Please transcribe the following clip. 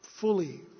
fully